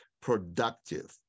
productive